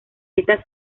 esta